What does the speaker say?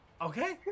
Okay